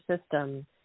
system